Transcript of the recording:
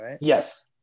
Yes